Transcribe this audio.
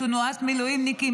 תנועת "מילואימניקים",